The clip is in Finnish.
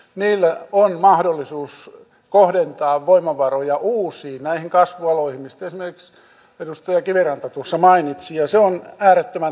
niillä on mahdollisuus kohdentaa voimavaroja näihin uusiin kasvualoihin mistä esimerkiksi edustaja kiviranta tuossa mainitsi ja se on äärettömän tärkeätä